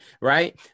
Right